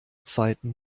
zeiten